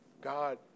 God